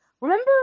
remember